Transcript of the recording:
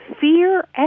fear